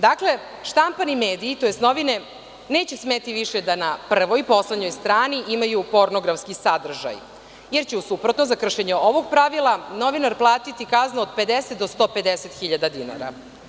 Dakle, štampani mediji, tj. novine neće smeti više da na prvoj i poslednjoj strani imaju pornografski sadržaj, jer će u suprotnom za kršenje ovog pravila novinar platiti kaznu od 50.000 do 150.000 dinara.